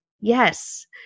yes